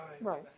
Right